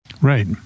Right